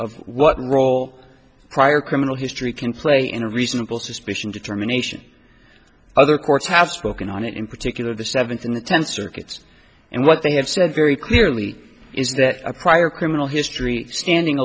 of what role prior criminal history can play in a reasonable suspicion determination other courts have spoken on it in particular the seventh in the tenth circuits and what they have said very clearly is that a prior criminal history standing